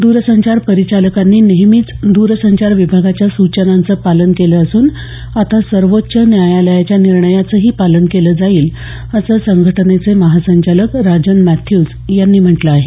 द्रसंचार परिचालकांनी नेहमीच द्रसंचार विभागाच्या सूचनांचं पालन केलं असून आता सर्वोच्च न्यायालयाच्या निर्णयाचंही पालन केलं जाईल असं संघटनेचे महासंचालक राजन मॅथ्यूज यांनी म्हटलं आहे